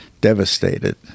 devastated